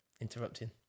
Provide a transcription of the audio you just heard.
interrupting